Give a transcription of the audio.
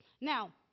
now